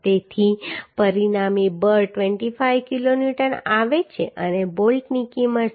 તેથી પરિણામી બળ 25 કિલોન્યુટન આવે છે અને બોલ્ટની કિંમત 74